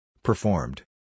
Performed